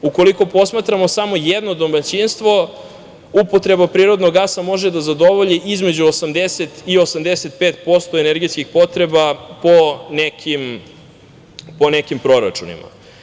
Ukoliko posmatramo samo jedno domaćinstvo, upotreba prirodnog gasa može da zadovolji između 80% i 85% energetskih potreba po nekim proračunima.